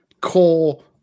core